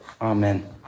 Amen